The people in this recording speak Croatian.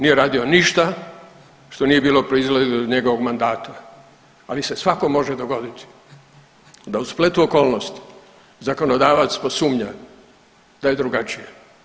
Nije radio ništa što nije bilo proizlazilo iz njegovog mandata, ali se svakom može dogoditi da u spletu okolnosti zakonodavac posumnja da je drugačije.